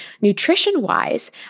nutrition-wise